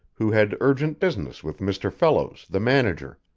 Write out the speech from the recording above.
who had urgent business with mr. fellows, the manager.